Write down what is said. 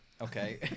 Okay